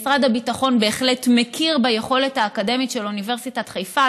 משרד הביטחון בהחלט מכיר ביכולת האקדמית של אוניברסיטת חיפה.